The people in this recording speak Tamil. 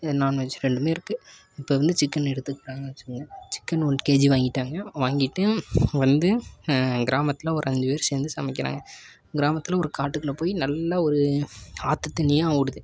இந்த நான்வெஜ் ரெண்டுமே இருக்குது இப்போ வந்து சிக்கனை எடுத்துக்கிறாங்கன்னு வச்சுக்கங்க சிக்கன் ஒன் கேஜி வாங்கிவிட்டாங்க வாங்கிகிட்டு வந்து கிராமத்தில் ஒரு அஞ்சு பேர் சேர்ந்து சமைக்கிறாங்க கிராமத்தில் ஒரு காட்டுக்குள்ளே போய் நல்லா ஒரு ஆற்று தண்ணியாக ஓடுது